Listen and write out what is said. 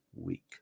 week